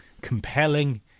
compelling